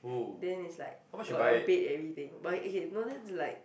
then is like got a bed everything but okay no that's like